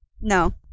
no